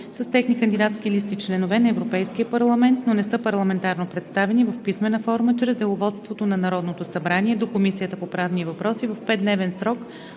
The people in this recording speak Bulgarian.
с техните кандидатски листи членове на Европейския парламент, но не са парламентарно представени, в писмена форма чрез Деловодството на Народното събрание до Комисията по правни въпроси в 5-дневен срок